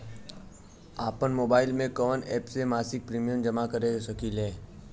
आपनमोबाइल में कवन एप से मासिक प्रिमियम जमा कर सकिले?